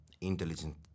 intelligent